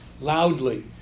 loudly